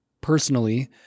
personally